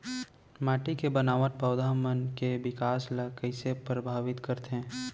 माटी के बनावट पौधा मन के बिकास ला कईसे परभावित करथे